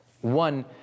One